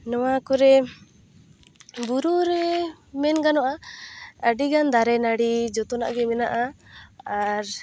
ᱱᱚᱣᱟ ᱠᱚᱨᱮ ᱵᱩᱨᱩᱨᱮ ᱢᱮᱱ ᱜᱟᱱᱚᱜᱼᱟ ᱟᱹᱰᱤᱜᱟᱱ ᱫᱟᱨᱮ ᱱᱟᱹᱲᱤ ᱡᱚᱛᱚᱱᱟᱜ ᱜᱮ ᱢᱮᱱᱟᱜᱼᱟ ᱟᱨ